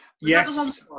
yes